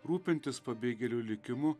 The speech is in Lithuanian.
rūpintis pabėgėlių likimu